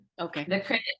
Okay